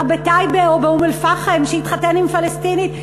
בטייבה או באום-אלפחם שהתחתן עם פלסטינית,